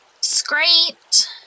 scraped